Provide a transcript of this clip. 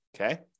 Okay